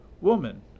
Woman